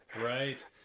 Right